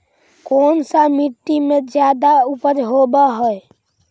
कोन सा मिट्टी मे ज्यादा उपज होबहय?